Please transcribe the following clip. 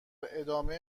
ادامه